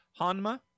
Hanma